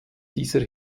dieser